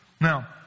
Now